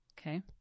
Okay